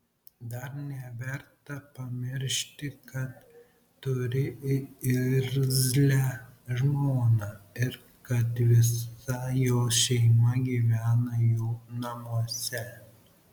dar neverta pamiršti kad turi irzlią žmoną ir kad visa jos šeima gyvena jų namuose